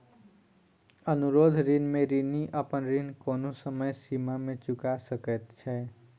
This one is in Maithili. अनुरोध ऋण में ऋणी अपन ऋण कोनो समय सीमा में चूका सकैत छै